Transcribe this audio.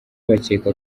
bakeka